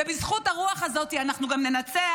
ובזכות הרוח הזאת אנחנו גם ננצח,